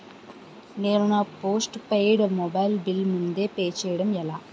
నేను నా postpaid mobile bill ముందే పే చేయడం ఎలా?